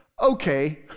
okay